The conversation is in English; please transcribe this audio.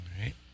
right